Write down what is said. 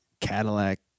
Cadillac